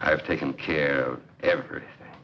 i've taken care of every